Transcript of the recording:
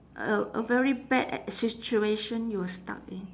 a a very bad situation you were stuck in